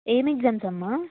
ఏం ఎగ్జామ్స్ అమ్మా